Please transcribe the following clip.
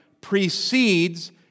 precedes